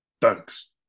Thanks